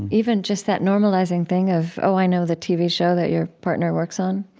even just that normalizing thing of, oh, i know the tv show that your partner works on,